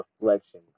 reflection